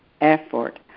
effort